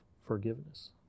forgiveness